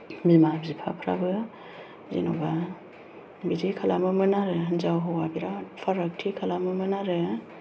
बिमा बिफाफोराबो जेनबा बिदि खालामोमोन आरो हिनजाव हौवा बिराद फारागथि खालामोमोन आरो